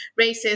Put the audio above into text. racist